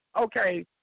Okay